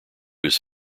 his